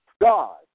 God